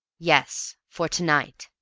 yes for to-night.